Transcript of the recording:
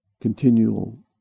continual